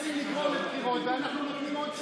הם רוצים לגרור לבחירות ואנחנו נותנים עוד צ'אנס.